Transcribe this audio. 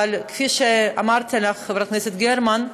אבל כפי שאמרתי לך, חברת הכנסת גרמן,